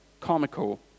comical